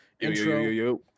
intro